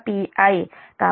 కాబట్టి Pe Pi